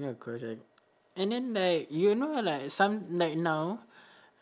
ya correct and then like you know like some like now